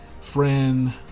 friend